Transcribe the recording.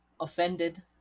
offended